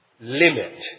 limit